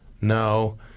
No